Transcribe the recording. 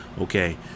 okay